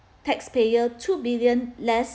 taxpayer two billion less